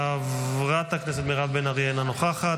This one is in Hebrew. חברת הכנסת בן ארי, אינה נוכחת.